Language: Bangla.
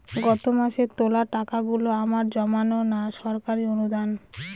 গত মাসের তোলা টাকাগুলো আমার জমানো না সরকারি অনুদান?